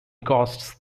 costs